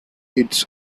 its